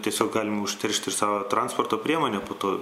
tiesiog galima užteršt ir savo transporto priemonę po to